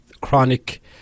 chronic